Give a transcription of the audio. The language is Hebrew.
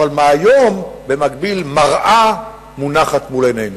אבל מהיום, במקביל, מראה מונחת מול עינינו.